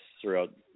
throughout